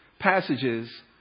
passages